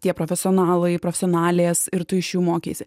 tie profesionalai profesionalės ir tu iš jų mokėsi